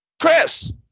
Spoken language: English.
Chris